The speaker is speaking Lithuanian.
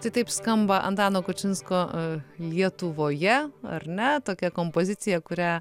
tai taip skamba antano kučinsko lietuvoje ar ne tokia kompozicija kurią